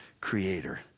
creator